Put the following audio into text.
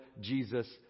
Jesus